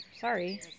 sorry